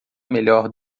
melhor